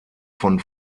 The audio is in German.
von